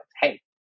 Hey